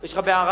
יש לך בערד,